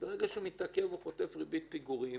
ברגע שהוא מתעכב, הוא חוטף ריבית פיגורים